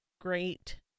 great